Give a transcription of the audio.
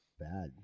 bad